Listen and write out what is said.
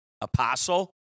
apostle